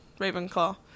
Ravenclaw